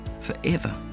forever